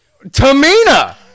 Tamina